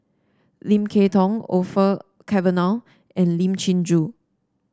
Lim Kay Tong Orfeur Cavenagh and Lim Chin Joo